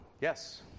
yes